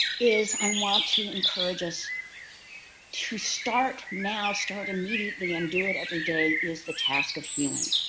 is i want to encourage us to start now. start immediately and do it every day, is the task of healing,